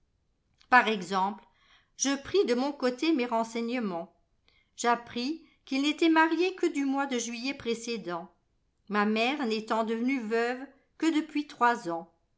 par exemple je pris de mon coté mes renseignements j'appris qu'ils n'étaient mariés que du mois de juillet précédent ma mère n'étant devenue veuve que depuis trois ans